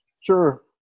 Sure